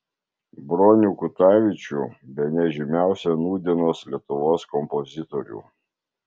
bronių kutavičių bene žymiausią nūdienos lietuvos kompozitorių